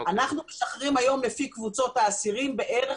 אנחנו משחררים היום לפי קבוצות האסירים בערך